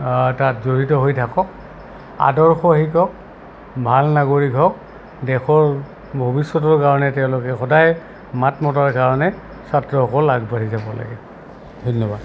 তাত জড়িত হৈ থাকক আদৰ্শ শিকক ভাল নাগৰিক হওক দেশৰ ভৱিষ্যতৰ কাৰণে তেওঁলোকে সদায় মাত মতাৰ কাৰণে ছাত্ৰসকল আগবাঢ়ি যাব লাগে ধন্যবাদ